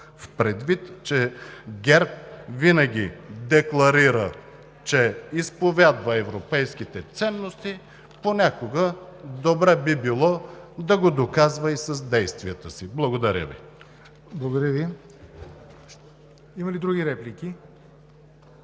предвид, че ГЕРБ винаги декларира, че изповядва европейските ценности, понякога добре би било да го доказва и с действията си. Благодаря Ви. ПРЕДСЕДАТЕЛ ЯВОР НОТЕВ: Благодаря Ви. Има ли други реплики?